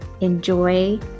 enjoy